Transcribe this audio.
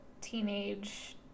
teenage